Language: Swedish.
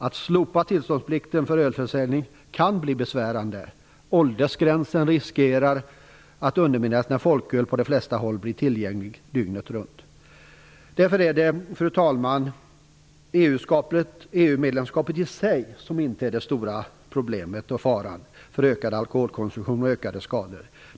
Att slopa tillståndsplikten för ölförsäljning kan bli besvärande. Åldersgränsen riskerar att undermineras när folköl på de flesta håll blir tillgängligt dygnet runt. Fru talman! Därför är inte medlemskapet i sig den stora faran för ökad alkoholkonsumtion och ökade skador.